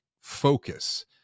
focus